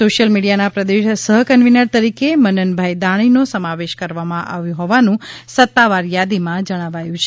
social મીડિયાના પ્રદેશ સહ કન્વીનર તરીકે મનનભાઈ દાણીનો સમાવેશ કરવામાં આવ્યો હોવાનુ સત્તાવાર યાદીમાં જણાવાયું છે